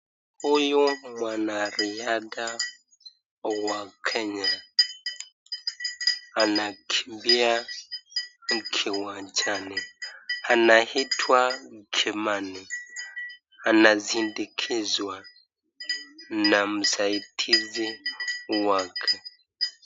Huyu ni mwanariadha wa Kenya. Anakimbia kiwanjani. Anaitwa Kimani. Anasindikizwa na msaidizi wake.